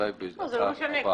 זה לא משנה.